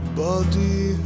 body